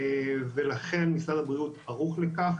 לכן משרד הבריאות ערוך לכך,